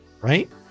right